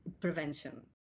prevention